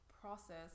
process